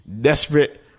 desperate